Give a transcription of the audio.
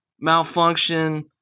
Malfunction